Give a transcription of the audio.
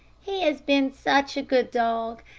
he has been such a good dog.